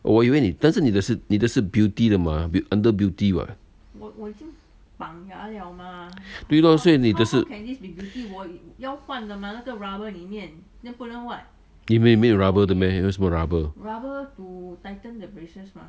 我我以为你但是你的是你的事 beauty 的吗 under beauty [what] 对咯所以你是是里面里面有 rubber 的 meh